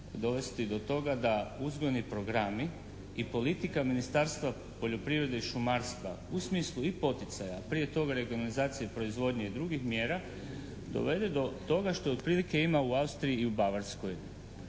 dovesti do toga da uzgojni programi i politika Ministarstva poljoprivrede i šumarstva u smislu i poticaja, prije toga regionalizacije proizvodnje i drugih mjera dovede do toga što otprilike ima u Austriji i u Bavarskoj.